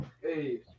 hey